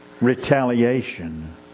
retaliation